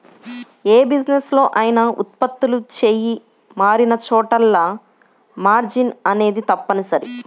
యే బిజినెస్ లో అయినా ఉత్పత్తులు చెయ్యి మారినచోటల్లా మార్జిన్ అనేది తప్పనిసరి